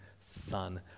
son